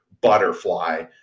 Butterfly